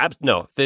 no